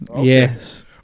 Yes